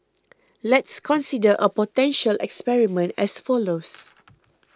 let's consider a potential experiment as follows